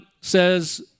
says